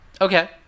Okay